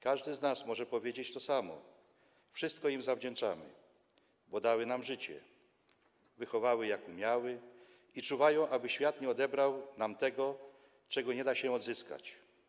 Każdy z nas może powiedzieć to samo, wszystko im zawdzięczamy, bo dały nam życie, wychowały, jak umiały i czuwają, aby świat nie odebrał nam tego, czego nie da się odzyskać.